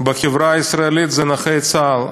בחברה הישראלית זה נכי צה"ל.